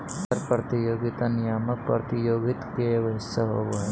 कर प्रतियोगिता नियामक प्रतियोगित के एगो हिस्सा होबा हइ